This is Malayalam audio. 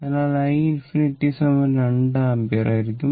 അതിനാൽ i 2 ആമ്പിയർ ആയിരിക്കും